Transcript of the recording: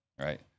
Right